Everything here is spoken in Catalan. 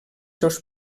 seus